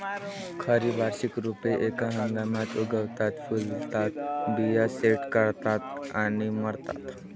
खरी वार्षिक रोपे एका हंगामात उगवतात, फुलतात, बिया सेट करतात आणि मरतात